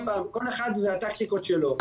עוד פעם, כל אחד והטקטיקות שלו.